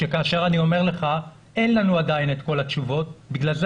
שכאשר אני אומר לך שאין לנו עדיין את כל התשובות ובגלל זה